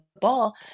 ball